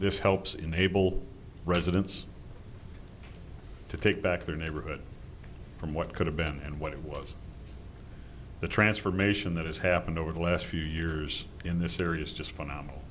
this helps enable residents to take back their neighborhood from what could have been and what it was the transformation that has happened over the last few years in this area is just phenomenal